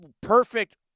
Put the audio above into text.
perfect